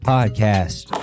Podcast